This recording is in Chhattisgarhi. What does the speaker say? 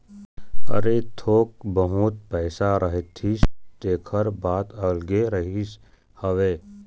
अरे थोक बहुत पइसा कहूँ रहितिस तेखर बात अलगे रहिस हवय